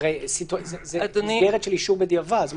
זאת מסגרת של אישור בדיעבד.